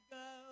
go